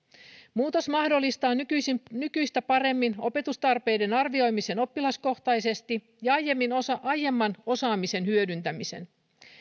muutos mahdollistaa nykyistä paremmin opetustarpeiden arvioimisen oppilaskohtaisesti ja aiemman osaamisen hyödyntämisen